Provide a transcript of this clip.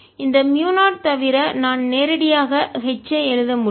இந்த மியூ0 தவிர நான் நேரடியாக H ஐ எழுத முடியும்